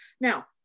now